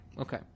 okay